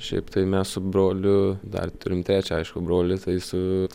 šiaip tai mes su broliu dar turim trečią aišku brolį tai su